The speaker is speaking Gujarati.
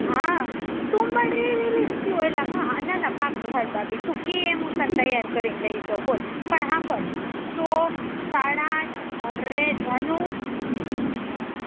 હા તુમ થયુ એલા કા ના ના પાકું હાલ બાભી તું કેમ એમ હું તૈયાર કરીને લઈ જ્યુ બોલ પણ હાભ્ળ સો સાળા આઠ અરે જાનું રેવાઈ